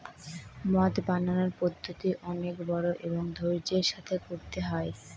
মদ বানানোর পদ্ধতি অনেক বড়ো এবং ধৈর্য্যের সাথে করতে হয়